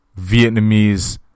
Vietnamese